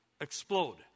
explode